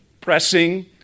pressing